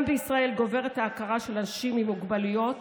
גם בישראל גוברת ההכרה של אנשים עם מוגבלויות